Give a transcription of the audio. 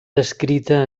descrita